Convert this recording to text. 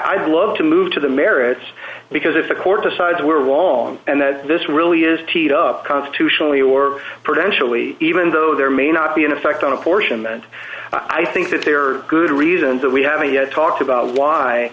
i'd love to move to the marriage because if the court decides we're wrong and that this really is teed up constitutionally or potentially even though there may not be an effect on apportionment i think that there are good reasons that we have media talked about why